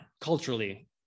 culturally